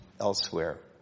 elsewhere